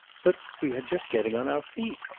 but we are just getting on our feet!